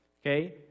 Okay